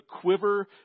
quiver